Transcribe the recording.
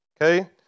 Okay